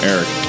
Eric